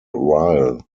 ryle